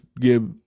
give